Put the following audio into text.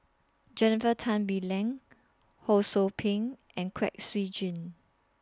Jennifer Tan Bee Leng Ho SOU Ping and Kwek Siew Jin